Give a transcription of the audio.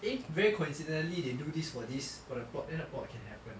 eh very coincidentally they do this for this for the plot then the plot can happen